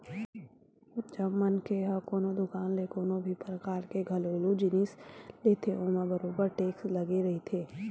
जब कोनो मनखे ह कोनो दुकान ले कोनो भी परकार के घरेलू जिनिस लेथे ओमा बरोबर टेक्स लगे रहिथे